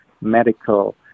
medical